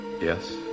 Yes